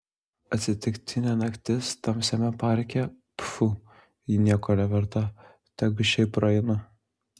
atsitiktinė naktis tamsiame parke pfu ji nieko neverta tegu šiaip praeina